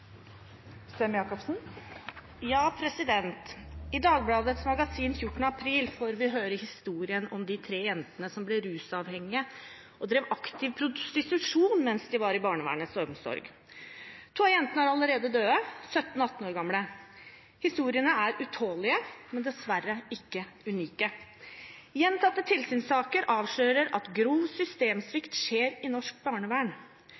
I Dagbladets magasin den 14. april får vi historien om de tre jentene som ble rusavhengige og drev aktiv prostitusjon mens de var under barnevernets omsorg. To av jentene er allerede døde – 17 og 18 år gamle. Historiene er utålelige, men dessverre ikke unike. Gjentatte tilsynssaker avslører at grov systemsvikt skjer i norsk barnevern.